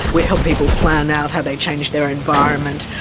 we help people plan out how they change their environment,